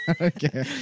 Okay